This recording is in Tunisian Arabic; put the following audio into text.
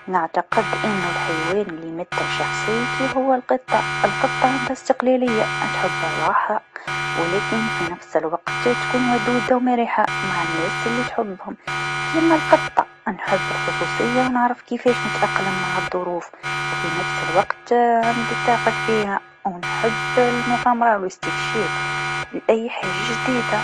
نعتقد أنو الحيوان ليمثل شخصيتي هو القطه، القطه عندها إستقلاليه تحب الراحه و لكن في النفس الوقت تكون ودوده و مرحه مع الناس لتحبهم كيما القطه الخصوصه و نعرف كيفاش نتأقلم مع الظروف و في نفس الوقت عندي طاقه كبيره و نحب المغامره و الإستكشاف لأي حاجة جديده.